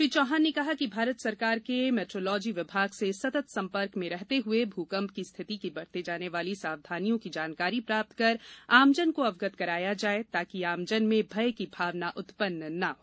श्री चौहान ने कहा कि भारत सरकार के मेट्रोलॉजी विभाग से सतत् संपर्क में रहते हुए भूकंप की स्थिति में बरती जानी वाली सावधानियों की जानकारी प्राप्त कर आमजन को अवगत करवाया जाए ताकि आमजन में भय की भावना उत्पन्न न हो